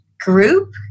group